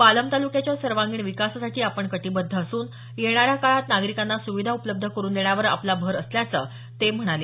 पालम तालुक्याच्या सर्वांगीण विकासासाठी आपण कटिबद्ध असून येणाऱ्या काळात नागरिकांना सुविधा उपलब्ध करून देण्यावर आपला भर असल्याचं ते म्हणाले